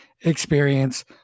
experience